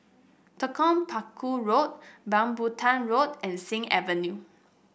Telok Paku Road Rambutan Road and Sing Avenue